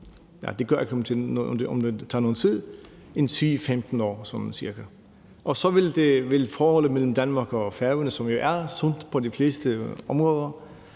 det gør ikke noget, at det tager lidt tid. Og så vil forholdet mellem Danmark og Færøerne, som jo er sundt på de fleste områder,